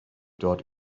dort